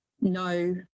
no